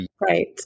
Right